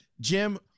Jim